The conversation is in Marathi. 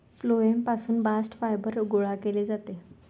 फ्लोएम पासून बास्ट फायबर गोळा केले जाते